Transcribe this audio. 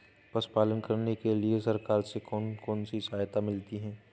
पशु पालन करने के लिए सरकार से कौन कौन सी सहायता मिलती है